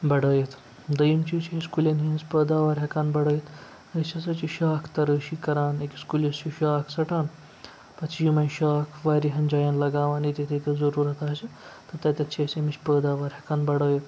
بَڑٲوِتھ دۄیِم چیٖز چھِ أسۍ کُلٮ۪ن ہِنٛز پٲداوار ہٮ۪کان بَڑٲوِتھ أسۍ ہَسا چھِ شاخ تَرٲشی کَران أکِس کُلِس چھِ شاخ ژَٹان پَتہٕ چھِ یِمَے شاخ واریَہَن جایَن لَگاوان ییٚتٮ۪تھ ییٚتٮ۪تھ ضٔروٗرت آسہِ تَتٮ۪تھ چھِ أسۍ اَمِچ پٲداوار ہٮ۪کان بَڑٲوِتھ